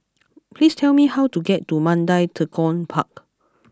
please tell me how to get to Mandai Tekong Park